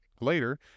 Later